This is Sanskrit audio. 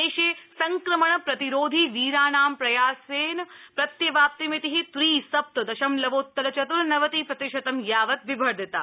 देशे संक्रमण प्रतिरोधी वीराणां प्रयासेन प्रत्यवाप्तिमिति त्रि सप्त दशमलवोत्तर चतुर्नवति प्रतिशतं यावत विवर्धिता